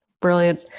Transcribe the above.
Brilliant